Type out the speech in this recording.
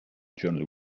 journal